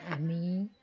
আমি